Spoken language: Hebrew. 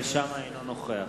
אינו נוכח